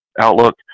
Outlook